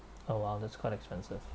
oh !wow! that's quite expensive